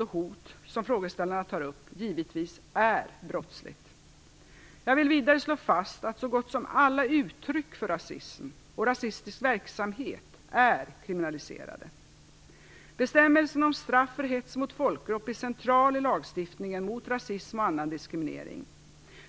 och hot som frågeställarna tar upp givetvis är brottsligt. Jag vill vidare slå fast att så gott som alla uttryck för rasism och rasistisk verksamhet är kriminaliserade. Bestämmelsen om straff för hets mot folkgrupp är central i lagstiftningen mot rasism och annan diskriminering.